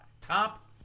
Top